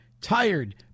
tired